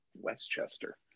Westchester